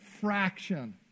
fraction